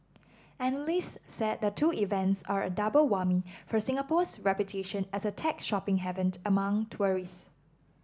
analysts said the two events are a double whammy for Singapore's reputation as a tech shopping haven among tourists